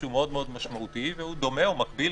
שהוא מאוד מאוד משמעותי והוא דומה או מקביל,